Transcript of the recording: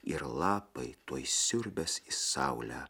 ir lapai tuoj siurbiasi į saulę